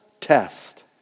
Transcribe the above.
Test